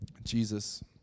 Jesus